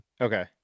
Okay